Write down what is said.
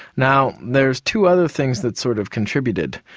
now, there's two other things that sort of contributed.